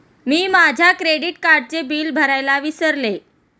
मी माझ्या क्रेडिट कार्डचे बिल भरायला विसरले